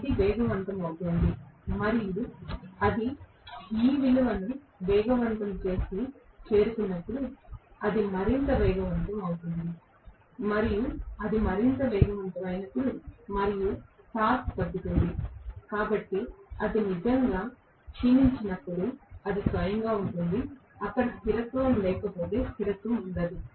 ఇది వేగవంతం అవుతోంది మరియు అది ఈ విలువను వేగవంతం చేసి చేరుకున్నప్పుడు అది మరింత వేగవంతం అవుతుంది మరియు అది మరింత వేగవంతం అయినప్పుడు మరియు టార్క్ తగ్గుతుంది కాబట్టి అది నిజంగా క్షీణించనప్పుడు అది స్వయంగా ఉంటుంది అక్కడ స్థిరత్వం లేకపోతే స్థిరత్వం ఉండదు